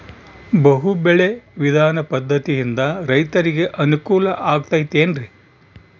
ಬಹು ಬೆಳೆ ವಿಧಾನ ಪದ್ಧತಿಯಿಂದ ರೈತರಿಗೆ ಅನುಕೂಲ ಆಗತೈತೇನ್ರಿ?